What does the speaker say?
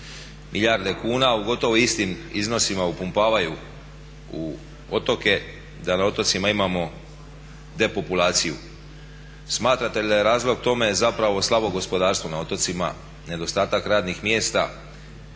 milijarde kuna u gotovo istim iznosima upumpavaju u otoke, da na otocima imamo depopulaciju. Smatrate li da je razlog tome zapravo slabo gospodarstvo na otocima, nedostatak radnih mjesta